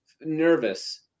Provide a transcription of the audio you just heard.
nervous